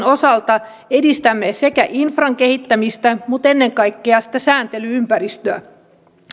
osalta edistämme sekä infran kehittämistä mutta ennen kaikkea sitä sääntely ympäristöä